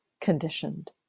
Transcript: conditioned